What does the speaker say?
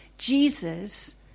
Jesus